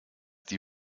die